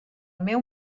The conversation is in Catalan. meu